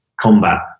combat